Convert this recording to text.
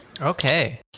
okay